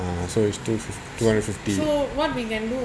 uh so is two two hundred fifty